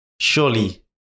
Surely